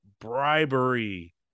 bribery